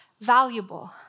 valuable